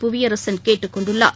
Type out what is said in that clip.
புவியரசன் கேட்டுக் கொண்டுள்ளார்